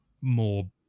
more